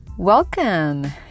welcome